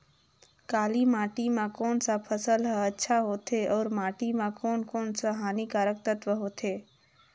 काली माटी मां कोन सा फसल ह अच्छा होथे अउर माटी म कोन कोन स हानिकारक तत्व होथे?